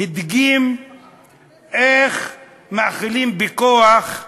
הדגים איך מאכילים בכוח אסיר,